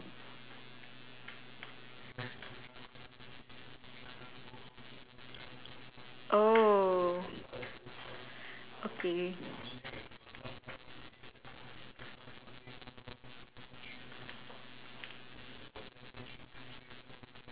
oh okay